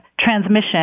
transmission